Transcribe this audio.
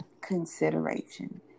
Consideration